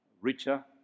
richer